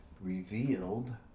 revealed